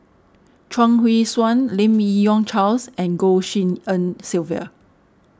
Chuang Hui Tsuan Lim Yi Yong Charles and Goh Tshin En Sylvia